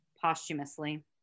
posthumously